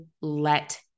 let